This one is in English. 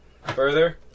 Further